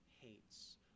hates